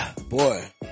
boy